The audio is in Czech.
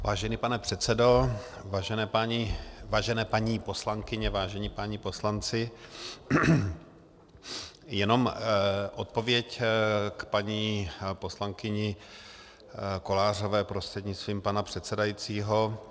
Vážený pane předsedo, vážené paní poslankyně, vážení páni poslanci, jenom odpověď k paní poslankyni Kovářové prostřednictvím pana předsedajícího.